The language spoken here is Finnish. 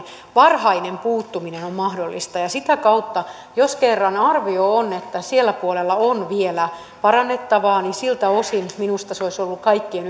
varhainen puuttuminen on on mahdollista ja jos kerran arvio on että sillä puolella on vielä parannettavaa siltä osin minusta se olisi ollut kaikkien